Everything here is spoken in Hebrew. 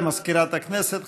תודה למזכירת הכנסת.